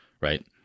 right